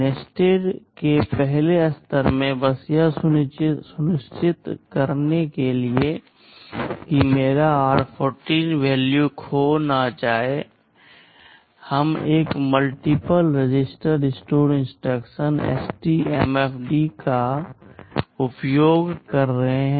nested के पहले स्तर में बस यह सुनिश्चित करने के लिए कि मेरा r14 वैल्यू खो नहीं जाता है हम एक multiple register store instruction STMFD का उपयोग कर रहे हैं